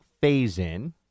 phase-in